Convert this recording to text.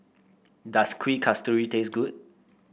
does Kueh Kasturi taste good